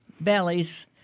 bellies